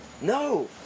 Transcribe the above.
No